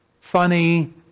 funny